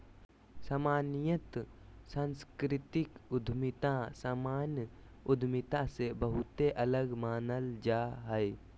सामान्यत सांस्कृतिक उद्यमिता सामान्य उद्यमिता से बहुते अलग मानल जा हय